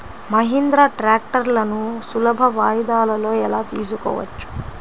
మహీంద్రా ట్రాక్టర్లను సులభ వాయిదాలలో ఎలా తీసుకోవచ్చు?